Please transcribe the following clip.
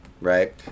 right